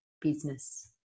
business